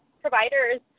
providers